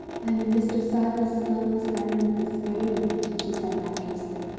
i'm in mr. silas sloane's barrens this very minute, she said rapturously.